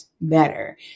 better